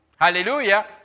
Hallelujah